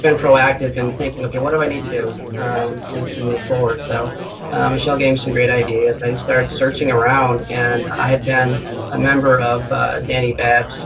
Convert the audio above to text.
been proactive in thinking, okay, what do i need to do so to move forward. so michelle gave me some great ideas. i started searching around. and i had been a member of dani babb so